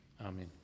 Amen